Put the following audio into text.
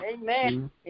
Amen